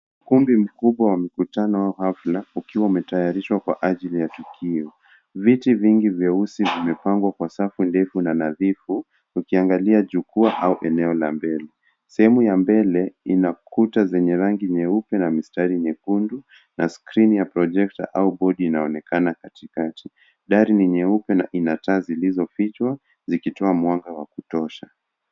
Ukumbi mkubwa wa mkutano au hafla ukiwa umetayarishwa kwa ajili ya tukio. Viti vingi vyeusi vimepangwa kwa safu ndefu na nadhifu ukiangalia jukwa au eneo la mbele. Sehemu ya mbele ina kuta zenye rangi nyeupe na mistari nyekundu na skrini ya projekta au bodi inaonekana katikati. Dari ni nyeupe na ina taa zilizofichwa zikitoa mwanga wa kutosha.